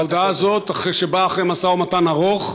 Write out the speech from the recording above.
ההודעה הזאת, שבאה אחרי משא-ומתן ארוך,